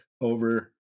over